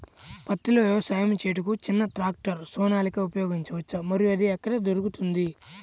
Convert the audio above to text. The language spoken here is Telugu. పత్తిలో వ్యవసాయము చేయుటకు చిన్న ట్రాక్టర్ సోనాలిక ఉపయోగించవచ్చా మరియు అది ఎక్కడ దొరుకుతుంది?